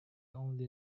only